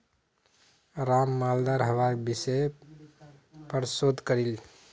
राम मालदार हवार विषयर् पर शोध करील